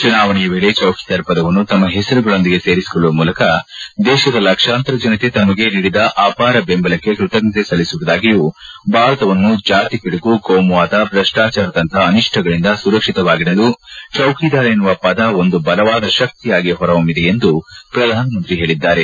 ಚುನಾವಣೆಯ ವೇಳೆ ಚೌಕಿದಾರ್ ಪದವನ್ನು ತಮ್ನ ಹೆಸರುಗಳೊಂದಿಗೆ ಸೇರಿಸಿಕೊಳ್ಳುವ ಮೂಲಕ ದೇಶದ ಲಕ್ಷಾಂತರ ಜನತೆ ತಮಗೆ ನೀಡಿದ ಅಪಾರ ಬೆಂಬಲಕ್ಷೆ ಕೃತಜ್ಞತೆ ಸಲ್ಲಿಸುವುದಾಗಿಯೂ ಭಾರತವನ್ನು ಜಾತಿ ಪಿಡುಗು ಕೋಮುವಾದ ಭ್ರಷ್ಪಾಚಾರದಂತಹ ಅನಿಷ್ಠಗಳಿಂದ ಸುರಕ್ಷತವಾಗಿಡಲು ಚೌಕಿದಾರ್ ಎನ್ನುವ ಪದ ಒಂದು ಬಲವಾದ ಶಕ್ತಿಯಾಗಿ ಹೊರ ಹೊಮ್ನಿದೆ ಎಂದು ಪ್ರಧಾನಮಂತ್ರಿ ಹೇಳಿದ್ದಾರೆ